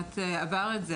הוא עבר את זה,